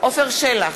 עפר שלח,